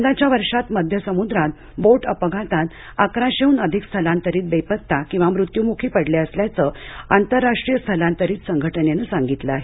यंदाच्या वर्षात मध्य समुद्रात बोट अपघातात अकराशेहून अधिक स्थलांतरित बेपत्ता किंवा मृत्युमुखी पडले असल्याचं आंतरराष्ट्रीय स्थलांतरित संघटनेनं सांगितलं आहे